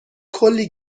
کلی